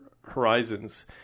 horizons